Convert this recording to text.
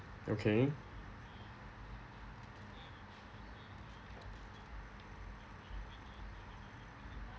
okay